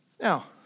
now